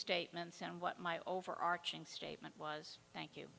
statements and what my overarching statement was thank you